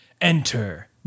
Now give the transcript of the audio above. Enter